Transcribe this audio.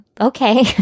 Okay